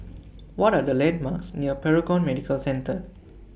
What Are The landmarks near Paragon Medical Centre